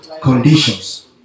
conditions